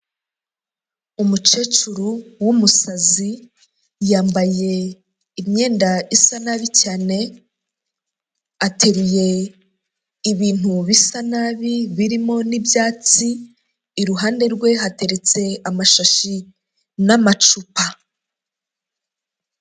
Umukecuru w'umusazi yambaye imyenda isa nabi cyane ateruye ibintu bisa nabi birimo n'ibyatsi. Iruhande rwe hateretse amashashi n'amacupa.